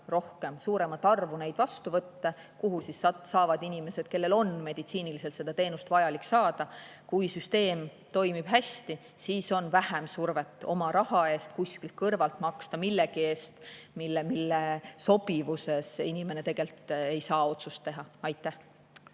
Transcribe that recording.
rohkem, suuremat arvu neid vastuvõtte, kuhu saavad inimesed, kellel on meditsiiniliselt vajalik seda teenust saada. Kui süsteem toimib hästi, siis on vähem survet oma raha eest kuskilt kõrvalt maksta millegi eest, mille sobivuse kohta inimene tegelikult ei saa otsust teha. Kersti